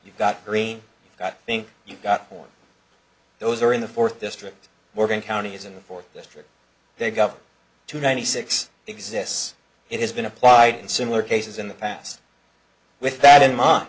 you got green i think you've got those are in the fourth district we're going counties in the fourth district they got up to ninety six exists and has been applied in similar cases in the past with that in mind